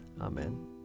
Amen